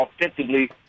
offensively